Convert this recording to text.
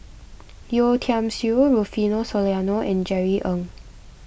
Yeo Tiam Siew Rufino Soliano and Jerry Ng